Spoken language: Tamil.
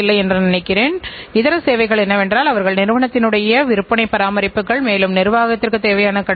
எனவே இதன் பொருள் என்னவென்றால் அவர்களின் உற்பத்தியை ஒரு விலையில் கடக்க முடிந்தால் அது செலவை அடிப்படையாகக் கொண்டது